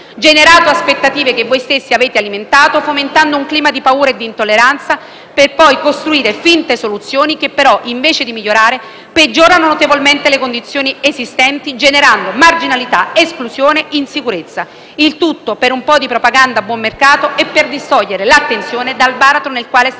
generato aspettative che voi stessi avete alimentato fomentando un clima di paura e di intolleranza, per poi costruire finte soluzioni che, però, invece di migliorare, peggiorano notevolmente le condizioni esistenti, generando marginalità, esclusione ed insicurezza. Il tutto per un po' di propaganda a buon mercato e per distogliere l'attenzione dal baratro nel quale state